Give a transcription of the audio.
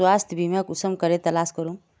स्वास्थ्य बीमा कुंसम करे तलाश करूम?